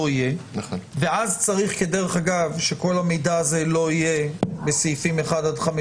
יהיה ואז צריך כדרך אגב שכל המידע הזה לא יהיה בסעיפים (1) עד (5),